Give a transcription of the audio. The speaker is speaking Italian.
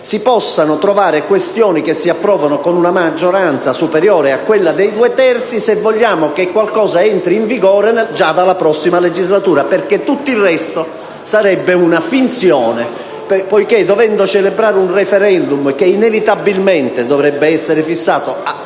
si possano trovare questioni che si approvano con una maggioranza superiore a quella dei due terzi, se vogliamo che qualcosa entri in vigore già dalla prossima legislatura. Tutto il resto, infatti, sarebbe una finzione poiché, dovendo celebrare un *referendum* che inevitabilmente dovrebbe essere fissato dopo